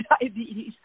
diabetes